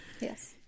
yes